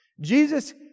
Jesus